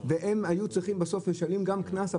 והם בסוף משלמים גם קנס,